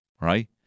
right